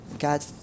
God